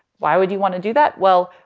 why would you want to do that? well,